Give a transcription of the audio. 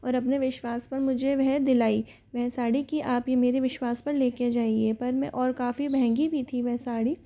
और अपने विश्वास पर मुझे वह दिलाई वह साड़ी की आप ये मेरे विश्वास पर लेके जाइये पर मैं और काफ़ी महंगी भी थी वह साड़ी